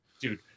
dude